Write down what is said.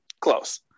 close